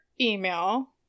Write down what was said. email